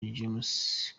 james